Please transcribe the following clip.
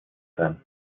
sein